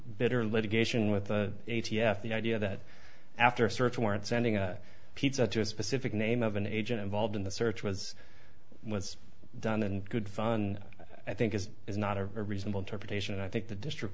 bitter litigation with the a t f the idea that after a search warrant sending a pizza to a specific name of an agent involved in the search was done and good fun i think is is not a reasonable interpretation and i think the district